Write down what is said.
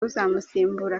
uzamusimbura